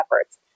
efforts